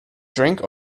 drink